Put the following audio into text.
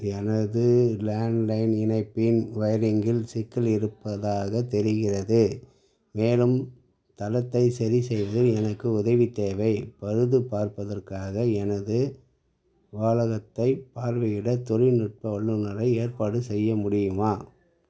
எனது லேண்ட்லைன் இணைப்பின் வயரிங் இல் சிக்கல் இருப்பதாகத் தெரிகிறது மேலும் தளத்தை சரி செய்து எனக்கு உதவி தேவை பழுதுப் பார்ப்பதற்காக எனது வாளகத்தைப் பார்வையிட தொழில்நுட்ப வல்லுநரை ஏற்பாடு செய்ய முடியுமா